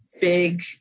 big